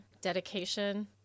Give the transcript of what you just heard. dedication